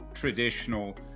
traditional